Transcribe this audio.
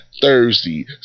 Thursday